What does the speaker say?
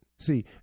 See